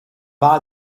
buy